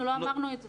אנחנו לא אמרנו את זה.